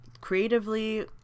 creatively